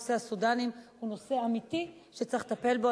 נושא הסודנים הוא נושא אמיתי שצריך לטפל בו.